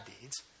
deeds